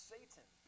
Satan